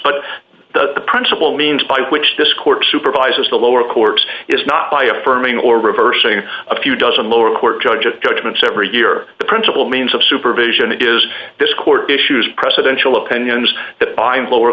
but the principle means by which this court supervises the lower courts is not by affirming or reversing a few dozen lower court judge of judgments every year the principle means of supervision it is this court issues presidential opinions that bind lower